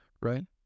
Right